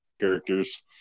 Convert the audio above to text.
Characters